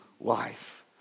life